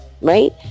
Right